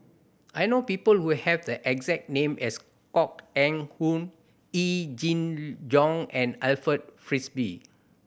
I know people who have the exact name as Koh Eng Hoon Yee Jenn Jong and Alfred Frisby